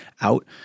out